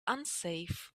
unsafe